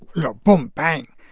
you know, boom, bang.